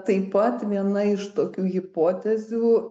taip pat viena iš tokių hipotezių